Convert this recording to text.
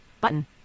Button